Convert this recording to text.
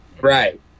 Right